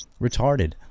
Retarded